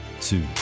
Two